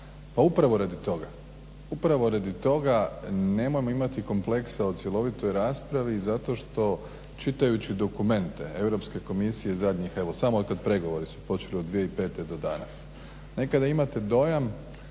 Pa upravo radi toga, upravo radi toga nemojmo imati kompleksa o cjelovitoj raspravi zato što čitajući dokumente Europske komisije zadnjih evo samo otkad pregovori su počeli od 2005. do danas. Nekada imate dojam